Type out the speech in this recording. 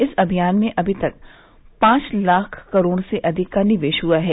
इस अभियान में अभी तक पांच लाख करोड़ से अधिक का निवेश हुआ है